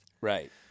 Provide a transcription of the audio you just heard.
Right